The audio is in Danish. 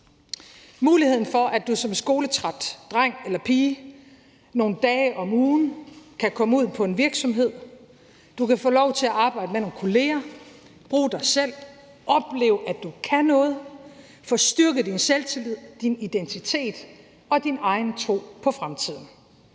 muligheden for, at du som skoletræt dreng eller pige nogle dage om ugen kan komme ud på en virksomhed, kan få lov til at arbejde med nogle kolleger, bruge dig selv, opleve, at du kan noget, få styrket din selvtillid, din identitet og din egen tro på fremtiden.